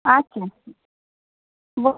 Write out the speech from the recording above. আচ্ছা আচ্ছা বলছি